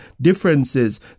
differences